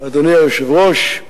אדוני היושב-ראש,